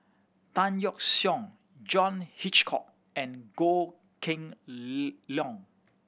Tan Yeok Seong John Hitchcock and Goh Kheng Long